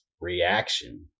reaction